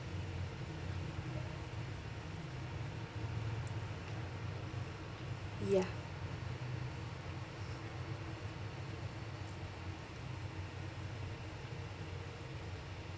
ya